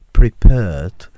prepared